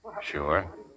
Sure